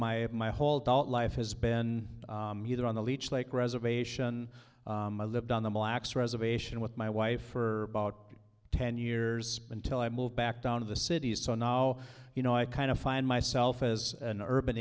my my whole adult life has been either on the leech lake reservation i lived on the blacks reservation with my wife for about ten years until i moved back down to the cities so now you know i kind of find myself as an urban